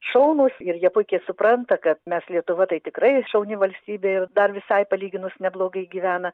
šaunūs ir jie puikiai supranta kad mes lietuva tai tikrai šauni valstybė ir dar visai palyginus neblogai gyvena